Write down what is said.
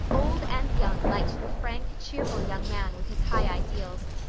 old and young liked the frank, cheerful young man with his high ideals,